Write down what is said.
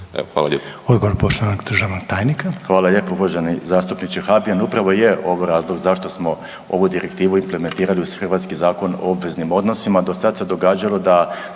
Hvala lijepo.